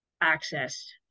access